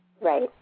Right